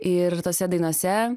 ir tose dainose